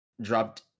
dropped